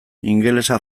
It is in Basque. ingelesa